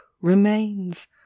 remains